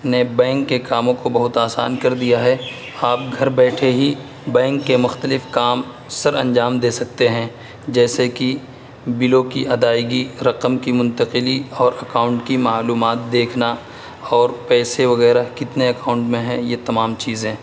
نے بینک کے کاموں کو بہت آسان کر دیا ہے آپ گھر بیٹھے ہی بینک کے مختلف کام سر انجام دے سکتے ہیں جیسے کہ بلو کی ادائیگی رقم کی منتقلی اور اکاؤنٹ کی معلومات دیکھنا اور پیسے وگیرہ کتنے اکاؤنٹ میں ہیں یہ تمام چیزیں